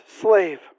slave